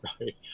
right